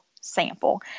sample